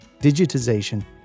digitization